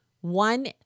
one